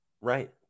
Right